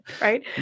right